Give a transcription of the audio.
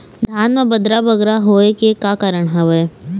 धान म बदरा बगरा होय के का कारण का हवए?